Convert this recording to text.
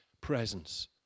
presence